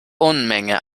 unmenge